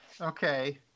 Okay